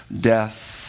death